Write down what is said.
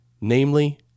namely